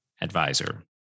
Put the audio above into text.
advisor